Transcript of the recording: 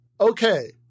okay